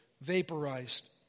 vaporized